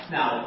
Now